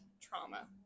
trauma